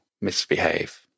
misbehave